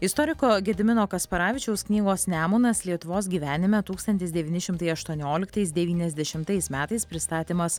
istoriko gedimino kasparavičiaus knygos nemunas lietuvos gyvenime tūkstantis devyni šimtai aštuonioliktais devyniasdešimais metais pristatymas